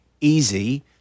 easy